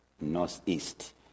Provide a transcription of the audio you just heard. northeast